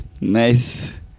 Nice